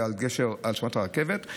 זה, על הרכבת.